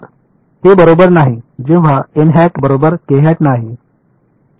हे बरोबर नाही जेव्हा बरोबर नाही